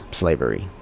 slavery